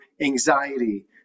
anxiety